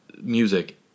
music